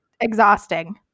exhausting